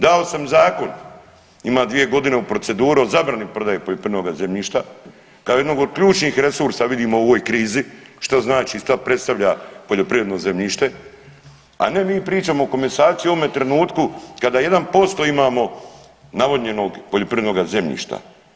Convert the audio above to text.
Dao sam zakon, ima dvije godine u proceduru o zabrani prodaje poljoprivrednoga zemljišta kao jednog od ključnih resursa vidim u ovoj krizi što znači, što predstavlja poljoprivredno zemljište, a ne mi pričamo o komasaciji u ovome trenutku kada jedan posto imamo navodnjenog poljoprivrednoga zemljišta.